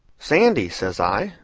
sandy, says i,